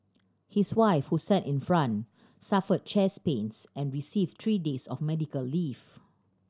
his wife who sat in front suffered chest pains and received three days of medical leave